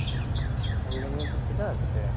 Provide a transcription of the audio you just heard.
engagement ଅଛି ତ ସେଥିପାଇଁ